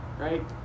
right